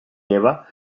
eva